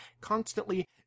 constantly